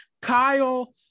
Kyle